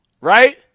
right